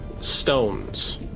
stones